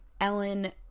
Ellen